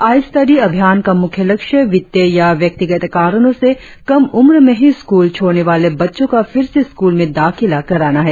आई study अभियान का मुख्य लक्ष्य वित्तीय या व्यक्तिगत कारणों से कम उम्र में ही स्कूल छोड़ने वाले बच्चों का फिर से स्कूल में दाखिला कराना है